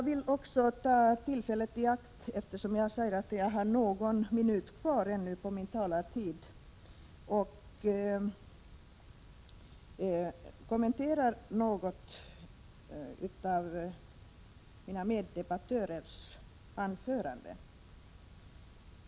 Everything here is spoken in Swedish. Eftersom jag har någon minut kvar av min taletid vill jag ta tillfället i akt att något kommentera mina meddebattörers anföranden.